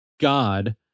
God